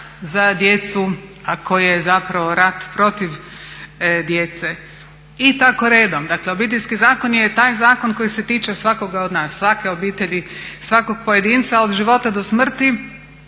za djecu, a koji je zapravo rat protiv djece. I tako redom, dakle Obiteljski zakon je taj zakon koji se tiče svakoga od nas, svake obitelji, svakog pojedinca, od života do smrti